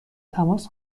تماس